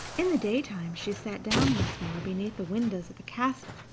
in the daytime she sat down once more beneath the windows of the castle,